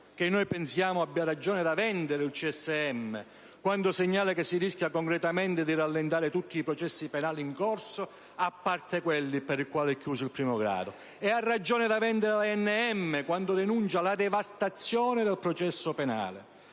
che pensiamo che abbia ragione da vendere il CSM, quando segnala che si rischia concretamente di rallentare tutti i processi penali in corso, a parte quelli per i quali si è chiuso il primo grado. E ha ragione da vendere l'ANM, quando denuncia la devastazione del processo penale.